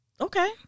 Okay